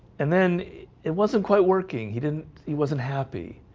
and then it wasn't quite working. he didn't he wasn't happy.